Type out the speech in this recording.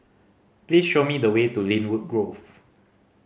please show me the way to Lynwood Grove